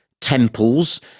temples